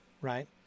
right